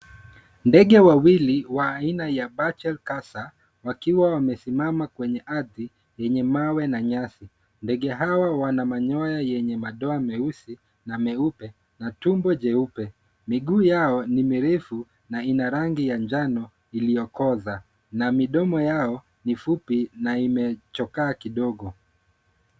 Ndege wawili wa aina ya bachel kasa wakiwa wamesimama kwenye ardhi yenye mawe na nyasi. Ndege hawa wana manyoya yenye madoa meusi na meupe na tumbo jeupe. Miguu yao ni mirefu na ina rangi ya njano iliyokoza na midomo yao ni fupi na imechokaa kidogo.